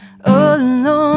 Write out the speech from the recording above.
alone